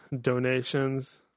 donations